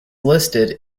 listed